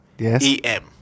E-M